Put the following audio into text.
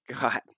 god